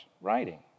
writing